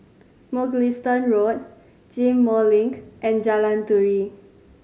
Mugliston Road Ghim Moh Link and Jalan Turi